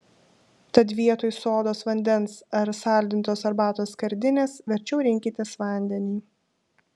tad vietoj sodos vandens ar saldintos arbatos skardinės verčiau rinkitės vandenį